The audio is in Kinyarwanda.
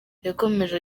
yakomeje